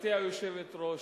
גברתי היושבת-ראש,